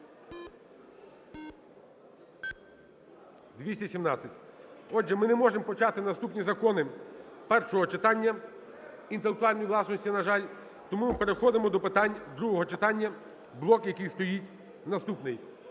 За-217 Отже, ми не можемо почати наступні закони першого читання інтелектуальної власності, на жаль. Тому ми переходимо до питань другого читання, блок, який стоїть наступний.